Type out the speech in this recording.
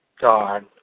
God